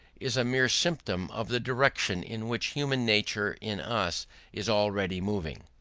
is a mere symptom of the direction in which human nature in us is already moving,